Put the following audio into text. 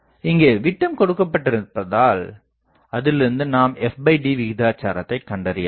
இங்கே விட்டம் கொடுக்கப்பட்டிருப்பதால் அதிலிருந்து நாம் fd விகிதாச்சாரத்தை கண்டறியலாம்